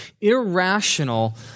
irrational